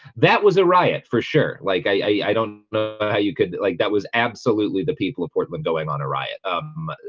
that was a riot for sure. like i i don't know how you could like that was absolutely the people of portland going on a riot. um,